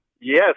Yes